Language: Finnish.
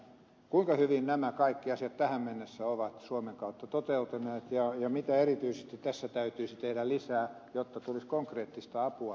kuinka hyvin nämä kaikki asiat tähän mennessä ovat suomen kautta toteutuneet ja mitä erityisesti tässä täytyisi tehdä lisää jotta tulisi konkreettista apua näihin asioihin